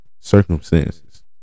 circumstances